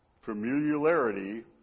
Familiarity